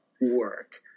work